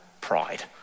pride